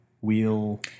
wheel